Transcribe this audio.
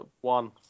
One